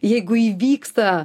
jeigu įvyksta